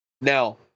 Now